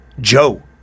Joe